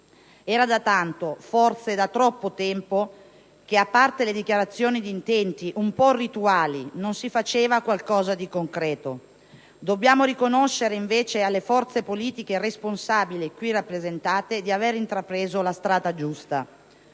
Era da tanto, forse da troppo tempo che, a parte le dichiarazioni di intenti un po' rituali, non si faceva qualcosa di concreto. Dobbiamo riconoscere, invece, alle forze politiche responsabili qui rappresentate di avere intrapreso la strada giusta.